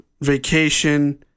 vacation